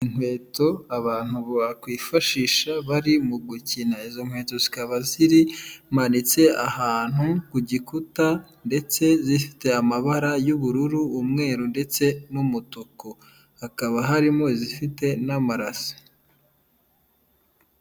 Inkweto abantu bakwifashisha bari mu gukina, izo nkweto zikaba ziri zimanitse ahantu ku gikuta ndetse zifite amabara y'ubururu umweru ndetse n'umutuku hakaba harimo izifite n'amarasi.